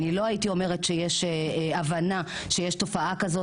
אני לא הייתי אומרת שיש הבנה שיש תופעה כזאת